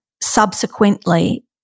subsequently